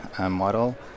model